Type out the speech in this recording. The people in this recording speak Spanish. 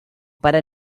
para